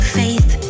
faith